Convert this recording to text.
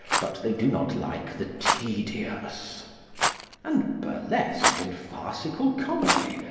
but they do not like the tedious and burlesque and farcical comedy,